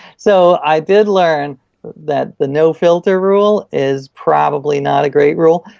so i did learn that the no filter rule is probably not a great rule,